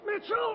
Mitchell